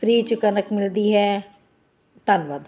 free 'ਚ ਕਣਕ ਮਿਲਦੀ ਹੈ ਧੰਨਵਾਦ